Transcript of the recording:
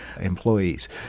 employees